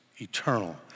eternal